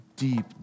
deep